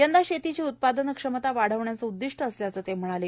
यंदा शेतीची उत्पादनक्षमता वाढवण्याचं उद्दिष्ट असल्याचं ते म्हणाले